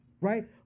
right